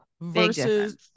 versus